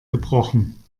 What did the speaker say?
gebrochen